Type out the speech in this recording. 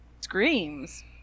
Screams